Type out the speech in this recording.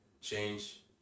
change